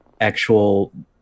actual